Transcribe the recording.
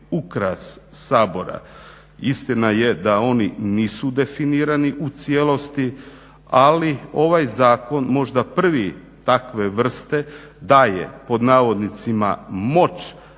ukras Sabora. Istina je da oni nisu definirani u cijelosti, ali ovaj zakon možda prvi takve vrste daje pod navodnicima moć